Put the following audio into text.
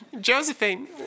Josephine